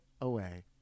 away